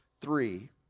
three